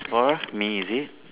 it's for me is it